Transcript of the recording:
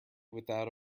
without